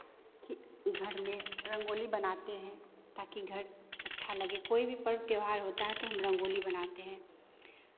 कि घर में रंगोली बनाते हैं ताकि घर अच्छा लगे कोई भी पर्व त्योहार होता है तो हम रंगोली बनाते हैं